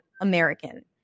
American